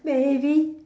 maybe